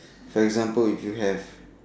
for example if you have